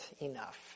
enough